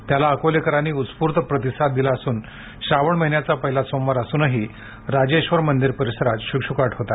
त्याला अकोलेकरांनी उस्फूर्त प्रतिसाद दिला असून श्रावण महिन्याचा पहिला सोमवार असूनही राजेश्वर मंदिर परिसरात शुकशुकाट होता